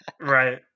Right